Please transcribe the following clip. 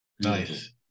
Nice